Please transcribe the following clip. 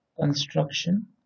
Construction